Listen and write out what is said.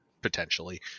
potentially